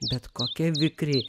bet kokia vikri